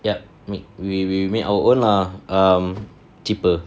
yup we we make our own lah um cheaper